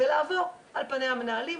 ולעבור על פני המנהלים,